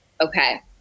okay